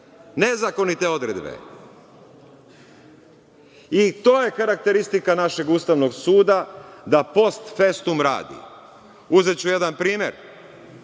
nezakonite odredbe. I, to je karakteristika našeg Ustavnog suda da posfestum radi. Uzeću jedan primer.